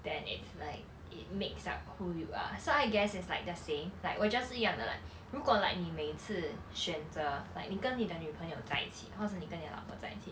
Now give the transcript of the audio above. then it's like it makes up who you are so I guess it's like the same like 我觉得是一样的 like 如果 like 你每次选择 like 你跟你的女朋友在一起或是你跟你的老婆在一起 zai yi qi